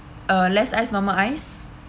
uh less ice normal ice